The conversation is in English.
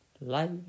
life